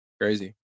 Crazy